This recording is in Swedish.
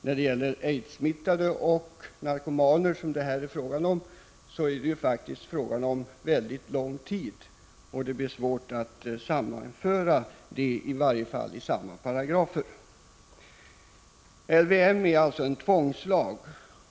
När det gäller aidssmittade som samtidigt är narkomaner, som det här är fråga om, måste vi ta hänsyn till att det handlar om en väldigt lång vårdtid. Det blir svårt att sammanföra bedömningarna så att en och samma lag skulle kunna tillämpas. LVM är ju en tvångslag.